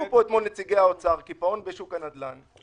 הסבירו פה אתמול נציגי האוצר, קיפאון בשוק הנדל"ן.